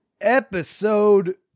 Episode